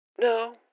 No